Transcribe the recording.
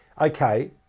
Okay